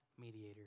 mediator